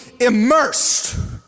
immersed